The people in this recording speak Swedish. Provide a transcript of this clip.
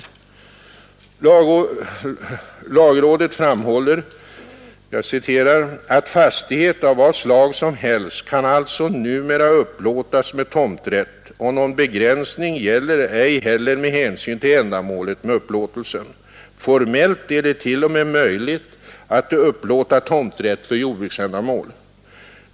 Lagrådet framhåller att ”fastighet av vad slag som helst kan alltså numera upplåtas med tomträtt och någon begränsning gäller ej heller med hänsyn till ändamålet med upplåtelsen. Formellt är det t.o.m. möjligt att upplåta tomträtt för jordbruksändamål.